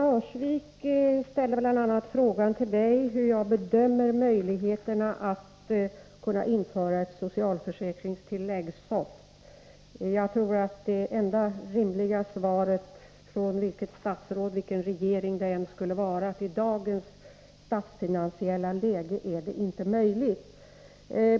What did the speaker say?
Fru talman! Lena Öhrsvik frågar mig bl.a. hur jag bedömer möjligheterna att införa ett socialförsäkringstillägg, SOFT. Jag tror att det enda rimliga svaret — oavsett vilket statsråd eller vilken regering som svarar — är att det i dagens statsfinansiella läge inte är möjligt.